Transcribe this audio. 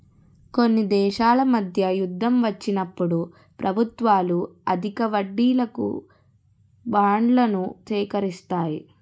కొన్ని దేశాల మధ్య యుద్ధం వచ్చినప్పుడు ప్రభుత్వాలు అధిక వడ్డీలకు బాండ్లను సేకరిస్తాయి